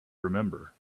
remember